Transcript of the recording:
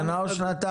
שנה או שנתיים?